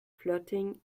flirting